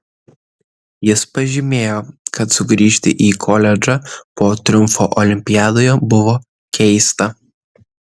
jis pažymėjo kad sugrįžti į koledžą po triumfo olimpiadoje buvo keista